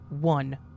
one